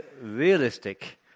realistic